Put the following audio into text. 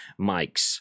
mics